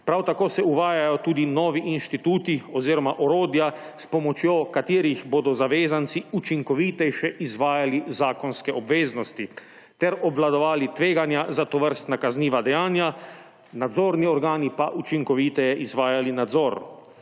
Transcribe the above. Prav tako se uvajajo tudi novi instituti oziroma orodja, s pomočjo katerih bodo zavezanci učinkovitejše izvajali zakonske obveznosti ter obvladovali tveganja za tovrstna kazniva dejanja, nadzorni organi pa učinkoviteje izvajali nadzor.